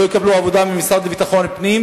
לא יקבלו עבודה מהמשרד לביטחון הפנים,